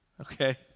Okay